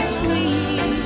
free